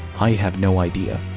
i have no idea.